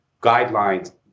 guidelines